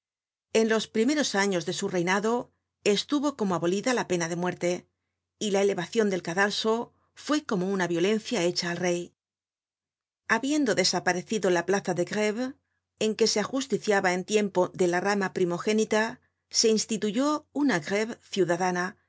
en los primeros años de su reinado estuvo como abolida la pena de muerte y la elevacion del cadalso fue como una violencia hecha al rey habiendo desaparecido la plaza de gréve en que se ajusticiaba en tiempo de la rama primogénita se instituyó una gréve ciudadana